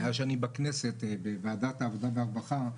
מאז שאני בכנסת בוועדת העבודה והרווחה,